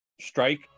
strike